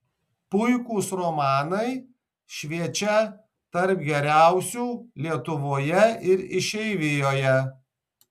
puikūs romanai šviečią tarp geriausių lietuvoje ir išeivijoje